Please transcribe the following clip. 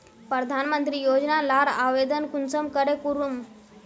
प्रधानमंत्री योजना लार आवेदन कुंसम करे करूम?